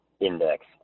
index